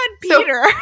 Peter